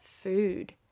food